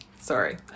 Sorry